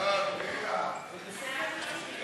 חוק עסקאות גופים ציבוריים